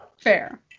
Fair